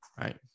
Right